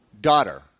daughter